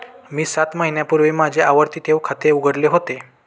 मी सात महिन्यांपूर्वी माझे आवर्ती ठेव खाते उघडले होते